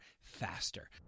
faster